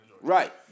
Right